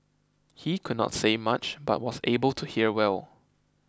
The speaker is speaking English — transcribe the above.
he could not say much but was able to hear well